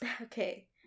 okay